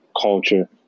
culture